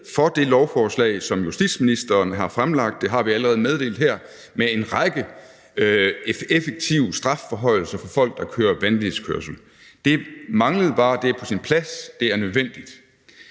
for det lovforslag, som justitsministeren har fremsat – det har vi allerede meddelt – med en række effektive strafforhøjelser for folk, der kører vanvidskørsel. Det manglede bare, det er på sin plads, og det er nødvendigt.